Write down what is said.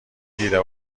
دیده